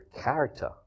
character